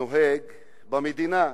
נוהג בה במדינה.